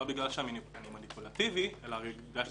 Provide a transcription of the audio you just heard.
כולל שני שינויים מרכזיים: הראשון הוא הארכה